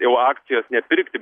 jau akcijos nepirkti